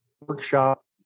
workshop